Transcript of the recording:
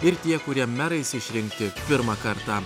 ir tie kurie merais išrinkti pirmą kartą